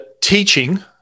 teaching